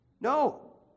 No